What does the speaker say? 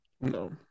no